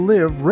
Live